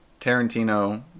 Tarantino